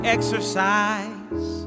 exercise